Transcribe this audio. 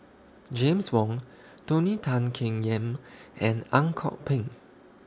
James Wong Tony Tan Keng Yam and Ang Kok Peng